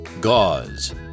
Gauze